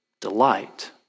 delight